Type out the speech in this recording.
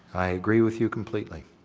i agree with you completely.